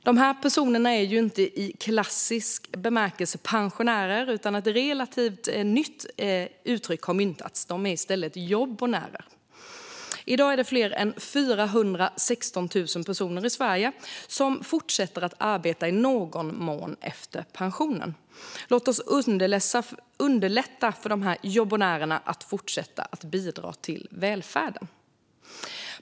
Dessa personer är inte i klassisk bemärkelse pensionärer. Ett relativt nytt uttryck har myntats. De är i stället jobbonärer. I dag har fler än 416 000 personer i Sverige fortsatt att arbeta i någon mån efter pensionen. Låt oss underlätta för dessa jobbonärer att fortsätta bidra till välfärden.